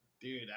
Dude